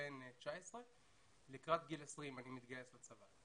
בן 19. לקראת גיל 20 התגייסתי לצבא,